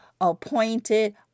appointed